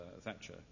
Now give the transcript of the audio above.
Thatcher